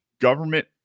government